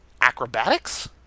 acrobatics